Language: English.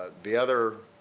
the other